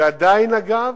שעדיין, אגב,